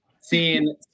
seeing